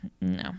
no